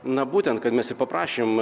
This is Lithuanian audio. na būtent kad mes ir paprašėm